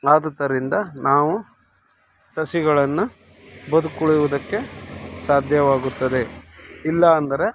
ಆದುದರಿಂದ ನಾವು ಸಸಿಗಳನ್ನು ಬದುಕುಳಿಯುವುದಕ್ಕೆ ಸಾಧ್ಯವಾಗುತ್ತದೆ ಇಲ್ಲ ಅಂದರೆ